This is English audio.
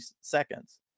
seconds